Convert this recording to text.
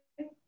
okay